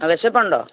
ആ വിശപ്പുണ്ടോ